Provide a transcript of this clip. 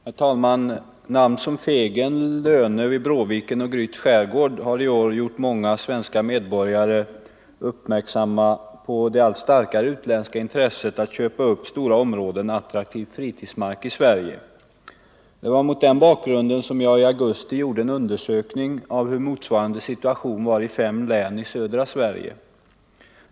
Herr talman! Namn som Fegen, Lönö vid Bråviken och Gryts skärgård har i år gjort många svenska medborgare uppmärksamma på det allt starkare utländska intresset att köpa upp stora områden attraktiv fritidsmark i Sverige. Det var mot den bakgrunden som jag i augusti gjorde en undersökning av hur motsvarande situation var i fem län i södra Sverige.